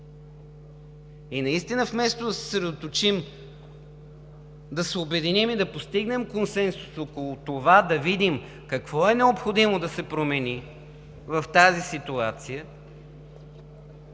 Наистина вместо да се съсредоточим, да се обединим и да постигнем консенсус около това да видим какво е необходимо да се промени в тази ситуация,